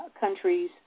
countries